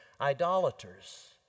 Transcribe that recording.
idolaters